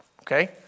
Okay